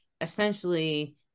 essentially